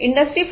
industry 4